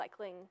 recycling